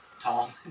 Tom